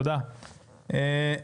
תודה רבה.